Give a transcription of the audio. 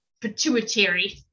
pituitary